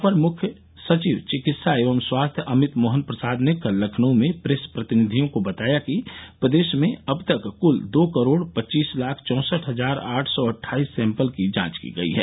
अपर मुख्य सचिव चिकित्सा एवं स्वास्थ्य अमित मोहन प्रसाद ने कल लखनऊ में प्रेस प्रतिनिधियों को बताया कि प्रदेश में अब तक क्ल दो करोड़ पच्चीस लाख चौसठ हजार आठ सौ अट्ठाईस सैम्पल की जांच की गई है